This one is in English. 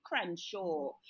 Crenshaw